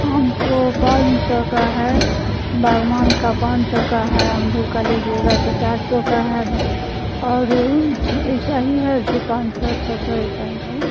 हमको पाँच सौ का है बागवान का पाँच सौ का है अमरूद का लीजिएगा तो चार सौ का है और ऐसा ही है जो पाँच सौ छः सौ ऐसा ही है